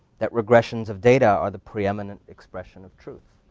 that regressions of data are the pre-eminent expression of truth.